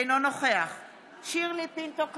אינו נוכח שירלי פינטו קדוש,